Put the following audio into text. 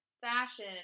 fashion